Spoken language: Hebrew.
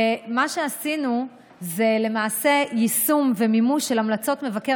מה שעשינו זה למעשה יישום ומימוש של המלצות מבקר